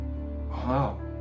wow